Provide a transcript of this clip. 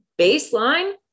baseline